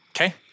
Okay